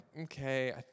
okay